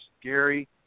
Gary